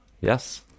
yes